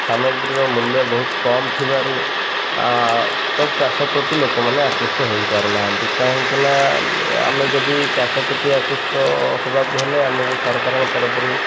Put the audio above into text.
ସାମଗ୍ରୀର ମୂଲ୍ୟ ବହୁତ କମ୍ ଥିବାରୁ ତ ଚାଷ ପ୍ରତି ଲୋକମାନେ ଆକୃଷ୍ଟ ହେଇପାରୁନାହାନ୍ତି କାହିଁକି ନା ଆମେ ଯଦି ଚାଷ ପ୍ରତି ଆକୃଷ୍ଟ ହବାକୁ ହେଲେ ଆମକୁ ସରକାରଙ୍କ ତରଫରୁ